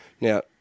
Now